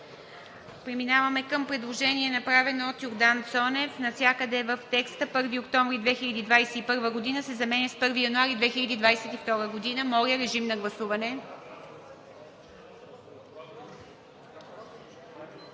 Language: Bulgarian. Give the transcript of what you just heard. Преминаваме към предложението, направено от Йордан Цонев, като навсякъде в текста „1 октомври 2021 г.“ се заменя с „1 януари 2022 г.“ Моля, режим на гласуване.